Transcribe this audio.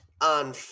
on